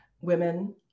women